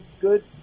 good